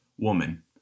woman